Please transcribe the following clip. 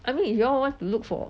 I mean if you all want look for